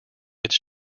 its